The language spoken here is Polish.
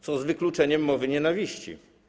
Co z wykluczeniem mowy nienawiści?